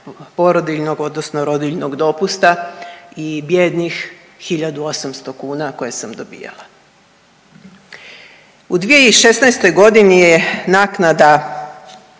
porodiljnog odnosno rodiljnog dopusta i bijednim 1 800 kuna koje sam dobijala. U 2016. g. je naknada